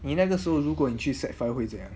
你那个时候如果你去 sec five 会怎样